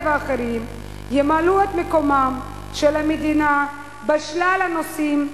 ואחרים ימלאו את מקומה של המדינה בשלל הנושאים,